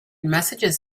messages